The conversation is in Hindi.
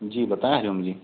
जी बताएँ रमन जी